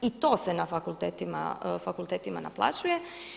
I to se na fakultetima naplaćuje.